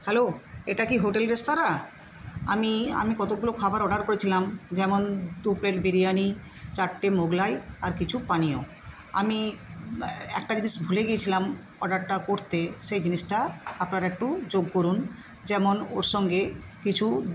hello এটা কি hotel রেস্তোরাঁ আমি আমি কতগুলো খাবার অর্ডার করেছিলাম যেমন দু প্লেট বিরিয়ানি চারটে মোগলাই আর কিছু পানীয় আমি একটা জিনিস ভুলে গিয়েছিলাম অর্ডারটা করতে সেই জিনিসটা আপনারা একটু যোগ করুন যেমন ওর সঙ্গে কিছু